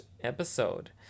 episode